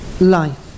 life